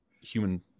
human